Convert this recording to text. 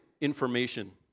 information